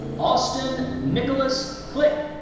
austin nicholas click.